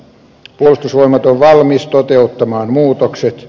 puolustusvoimat on valmis toteuttamaan muutokset